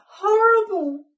horrible